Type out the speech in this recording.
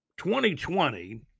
2020